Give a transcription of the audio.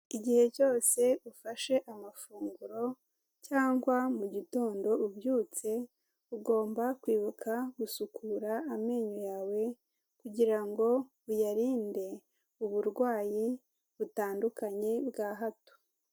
Igihe cyose ufashe amafunguro cyangwa mu gitondo ubyutse, ugomba kwibuka gusukura amenyo yawe kugira ngo uyarinde uburwayi butandukanye bwa hato.